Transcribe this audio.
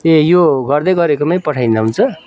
ए यो गर्दै गरेकोमै पठाइदिँदा हुन्छ